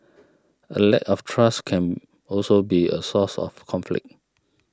a lack of trust can also be a source of conflict